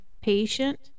patient